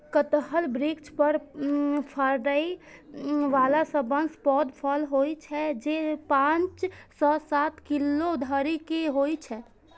कटहल वृक्ष पर फड़ै बला सबसं पैघ फल होइ छै, जे पांच सं सात किलो धरि के होइ छै